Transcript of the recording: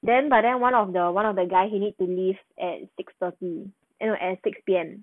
then but then one of the one of the guy he need to leave at six thirty eh no six P_M